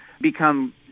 become